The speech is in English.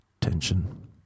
tension